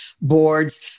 boards